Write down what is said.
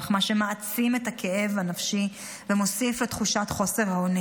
מה שמעצים את הכאב הנפשי ומוסיף לתחושת חוסר האונים.